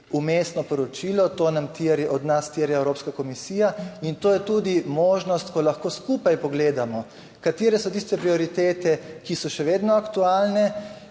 vmesno poročilo, to terja od nas terja Evropska komisija. In to je tudi možnost, ko lahko skupaj pogledamo katere so tiste prioritete, ki so še vedno aktualne